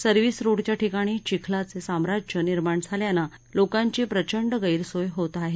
service रोडच्या ठिकाणी चिखलाचे साम्राज्य निर्माण झाल्यानं लोकांची प्रचंड गस्सीय होत आहे